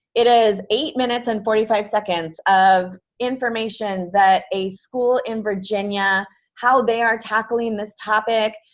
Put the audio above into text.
it is eight minutes and forty-five seconds of information that a school in virginia how they are tackling this topic.